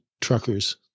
truckers